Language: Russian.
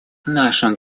нашим